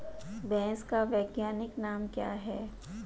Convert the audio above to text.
भैंस का वैज्ञानिक नाम क्या है?